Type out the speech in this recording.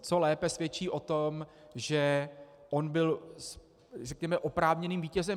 Co lépe svědčí o tom, že on byl, řekněme, oprávněným vítězem?